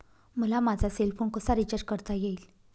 मला माझा cell phone कसा रिचार्ज करता येईल?